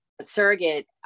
surrogate